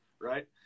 right